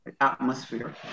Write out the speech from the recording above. atmosphere